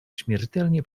śmiertelnie